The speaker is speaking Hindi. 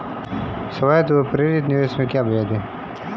स्वायत्त व प्रेरित निवेश में क्या भेद है?